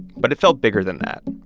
but it felt bigger than that.